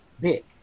big